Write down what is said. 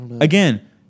Again